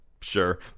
sure